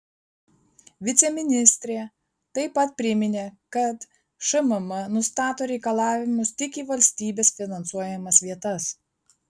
viceministrė taip pat priminė kad šmm nustato reikalavimus tik į valstybės finansuojamas vietas